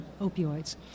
opioids